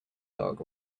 dog